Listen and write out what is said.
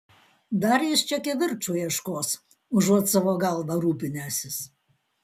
dar jis čia kivirču ieškos užuot savo galva rūpinęsis